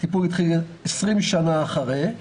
הטיפול התחיל 20 שנים אחרי,